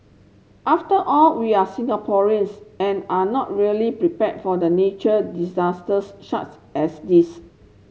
after all we are Singaporeans and are not really prepared for the nature disasters as this